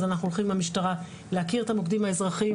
אז אנחנו הולכים עם המשטרה להכיר את המוקדים האזרחיים,